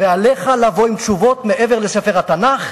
עליך לבוא עם תשובות מעבר לספר התנ"ך.